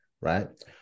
right